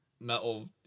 metal